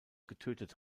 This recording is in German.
getötet